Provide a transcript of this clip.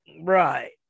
Right